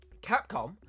Capcom